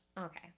Okay